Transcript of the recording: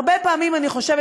הרבה פעמים אני חושבת,